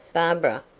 barbara,